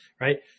right